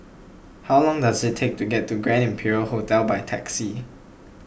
how long does it take to get to Grand Imperial Hotel by taxi